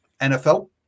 NFL